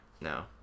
No